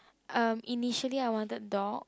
um initially I wanted dog